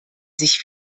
sich